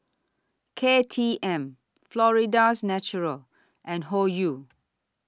K T M Florida's Natural and Hoyu